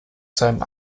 seinen